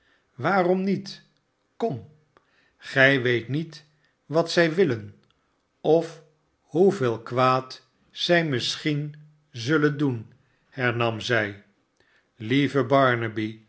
jwaarom niet kom gij weet niet wat zij willen of hoeveel kwaad zij misschien zullen doen hernam zij slieve